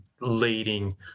leading